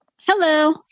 hello